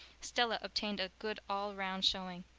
stella obtained a good all-round showing.